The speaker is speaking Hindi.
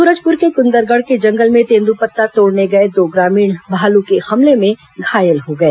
सूरजपुर के कूंदरगढ़ के जंगल में तेंदूपत्ता तोड़ने गए दो ग्रामीण भालू के हमले में घायल हो गए